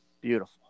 beautiful